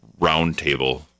roundtable